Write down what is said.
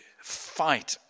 Fight